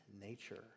nature